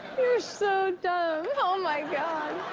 you're so dumb. oh, my god.